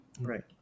Right